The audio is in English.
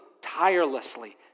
tirelessly